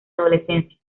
adolescencia